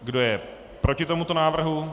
Kdo je proti tomuto návrhu?